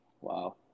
wow